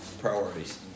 priorities